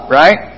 right